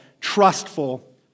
trustful